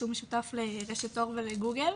שהוא משותף לרשת אורט ולגוגל.